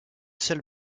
seule